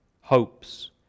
hopes